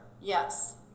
yes